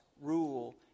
rule